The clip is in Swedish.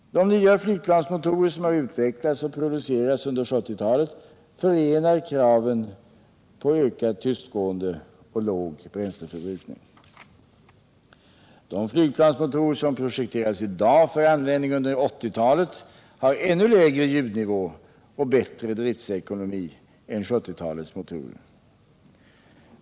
De nya flygplansmotorer som har utvecklats och producerats under 1970-talet förenar kraven på tystgående och låg bränsleförbrukning. De flygplansmotorer som projekteras i dag för användning under 1980 talet har ännu lägre ljudnivå och bättre driftekonomi än 1970-talets motorer.